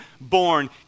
born